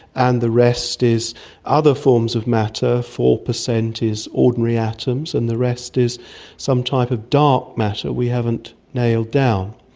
and the rest is other forms of matter, four percent is ordinary atoms, and the rest is some type of dark matter we haven't nailed down.